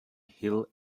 hill